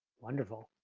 wonderful.